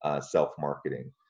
self-marketing